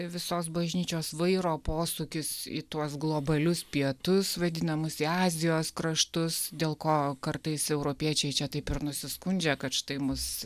visos bažnyčios vairo posūkis į tuos globalius pietus vadinamus į azijos kraštus dėl ko kartais europiečiai čia taip ir nusiskundžia kad štai mus